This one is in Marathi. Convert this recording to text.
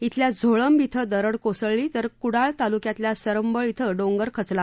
अल्या झोळंब अं दरड कोसळली तर कुडाळ तालुक्यातल्या सरंबळ अं डोंगर खचला